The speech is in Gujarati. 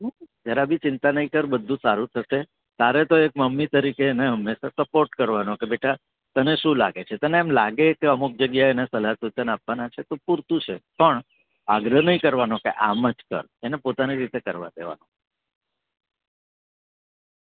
તું જરા ભી ચિંતા નહીં કર બધું સારું જ થશે તારે તો એક મમ્મી તરીકે એને હંમેશા સપોર્ટ કરવાનો કે બેટા તને શું લાગે છે તને એમ લાગે કે અમુક જગ્યાએ એને સલાહ સૂચન આપવાના છે તો પૂરતું છે પણ આગ્રહ નહીં કરવાનો કે આમ જ કર એને પોતાની રીતે કરવા દેવાનો